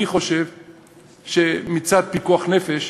אני חושב שמצד פיקוח נפש,